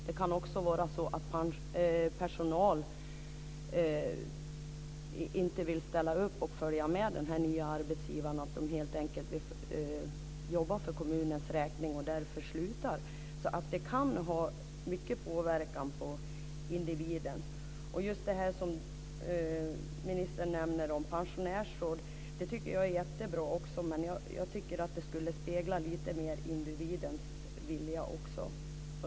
Det kan också vara så att personal inte vill ställa upp och följa med till den nya arbetsgivaren. Man vill helt enkelt jobba för kommunens räkning och slutar därför. Detta kan alltså ha stor påverkan på individen. Det ministern säger om pensionärsråd tycker jag också är jättebra. Jag tycker dock att det lite mer skulle spegla också individens vilja.